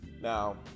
Now